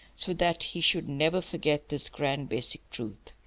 so that he should never forget this grand basic truth,